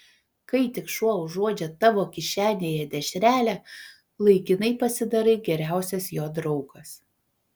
kai tik šuo užuodžia tavo kišenėje dešrelę laikinai pasidarai geriausias jo draugas